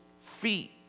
feet